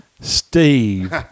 Steve